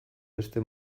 beste